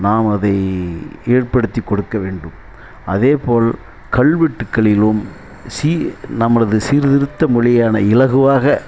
நாம் அதை ஏற்படுத்தி கொடுக்க வேண்டும் அதே போல் கல்வெட்டுகளிலும் சீர் நம்மளது சீர்த்திருத்த மொழியான இலகுவாக